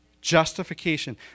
Justification